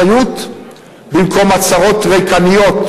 חבר הכנסת בילסקי,